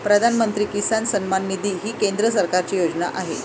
प्रधानमंत्री किसान सन्मान निधी ही केंद्र सरकारची योजना आहे